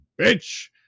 bitch